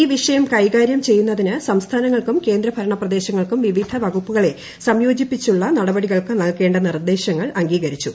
ഈ വിഷയം കൈകാരൃം ചെയ്യുന്നതിന് സംസ്ഥാനങ്ങൾക്കും കേന്ദ്രഭരണ പ്രദേശങ്ങൾക്കും വിവിധ വകുപ്പുകളെ സംയോജിപ്പിച്ചുള്ള നടപടികൾക്ക് നൽകേണ്ട നിർദ്ദേശങ്ങൾ അംഗീകരിച്ചു